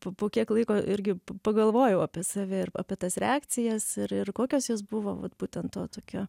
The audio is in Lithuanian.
po po kiek laiko irgi pagalvojau apie save ir apie tas reakcijas ir ir kokios jos buvo vat būtent to tokio